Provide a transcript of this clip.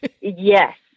Yes